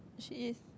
she is